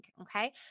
okay